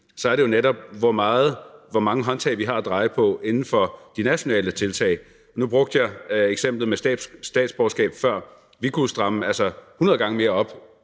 var det jo netop, hvor mange håndtag vi har at dreje på inden for de nationale tiltag. Nu brugte jeg eksemplet med statsborgerskab før. Vi kunne jo stramme 100 gange mere op